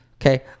okay